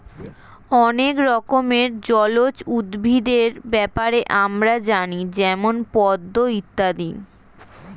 অনেক রকমের জলজ উদ্ভিদের ব্যাপারে আমরা জানি যেমন পদ্ম ইত্যাদি